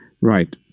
right